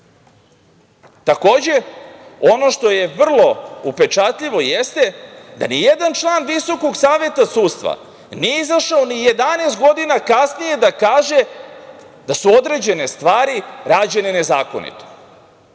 Takođe, ono što je vrlo upečatljivo jeste da nijedan član Visokog saveta sudstva nije izašao ni 11 godina kasnije da kaže da su određene stvari rađene nezakonito. Dve